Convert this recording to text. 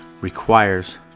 requires